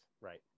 Right